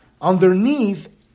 Underneath